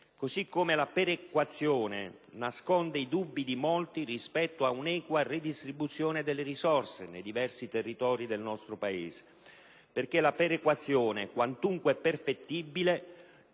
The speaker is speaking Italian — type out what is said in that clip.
modo, la perequazione nasconde i dubbi di molti rispetto ad un'equa redistribuzione delle risorse nei diversi territori del nostro Paese, perché la perequazione, quantunque perfettibile,